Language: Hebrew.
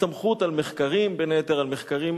הסתמכות על מחקרים, בין היתר על מחקרים